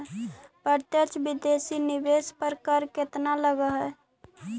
प्रत्यक्ष विदेशी निवेश पर कर केतना लगऽ हइ?